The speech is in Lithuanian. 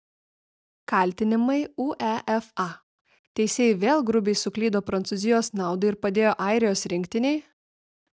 kaltinimai uefa teisėjai vėl grubiai suklydo prancūzijos naudai ir padėjo airijos rinktinei